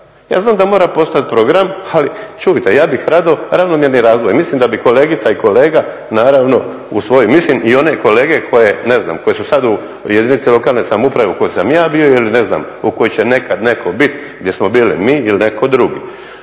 Ja znam da mora postojati program ali čujte, ja bih rado ravnomjerni razvoj. Jer mislim da bi kolegica i kolega naravno, mislim i one kolege koje, ne znam koje su sada u jedinici lokalne samouprave u kojoj sam ja bio ili ne znam u kojoj će nekada netko biti gdje smo bili mi ili netko drugi.